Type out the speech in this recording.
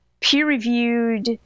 peer-reviewed